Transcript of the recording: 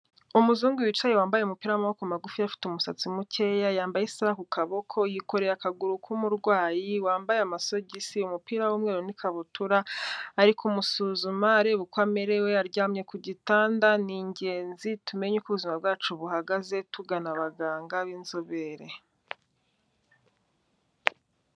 Umuzungu wicaye wambaye umupira w'amaboko magufi, afite umusatsi mukeya, yambaye isaha ku kaboko, yikoreye akaguru k'umurwayi, wambaye amasogisi, umupira w'umweru n'ikabutura, ari kumusuzuma areba uko amerewe, aryamye ku gitanda, ni ingenzi tumenye uko ubuzima bwacu buhagaze, tugana abaganga b'inzobere.